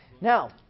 Now